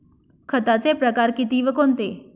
खताचे प्रकार किती व कोणते?